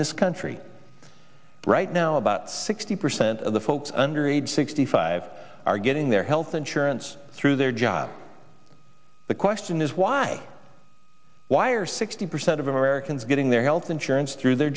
this country right now about sixty percent of the folks under age sixty five are getting their health insurance through their job the question is why why are sixty percent of americans getting their health insurance through their